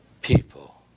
people